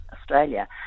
Australia